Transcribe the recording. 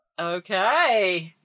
Okay